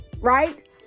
right